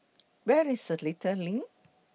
Where IS Seletar LINK